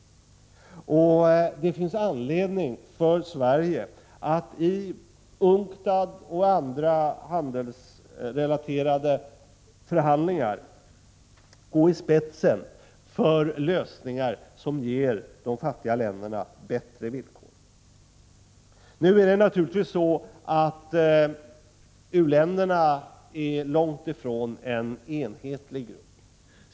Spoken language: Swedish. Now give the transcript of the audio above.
Det finns anledning för Sverige att i UNCTAD och i andra handelsrelaterade förhandlingar gå i spetsen för lösningar som ger de fattiga länderna bättre villkor. Nu är u-länderna naturligtvis långt ifrån en enhetlig grupp.